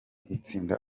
gutsinda